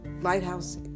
Lighthouse